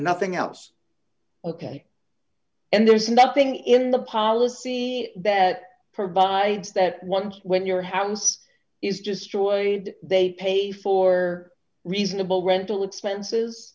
nothing else ok and there's nothing in the policy that provides that once when your house is destroyed they pay for reasonable rental expenses